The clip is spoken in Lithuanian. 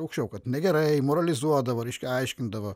aukščiau kad negerai moralizuodavo reiškia aiškindavo